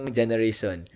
generation